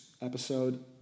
episode